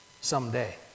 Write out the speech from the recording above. someday